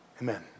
Amen